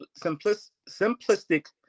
simplistic